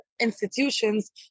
institutions